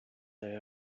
they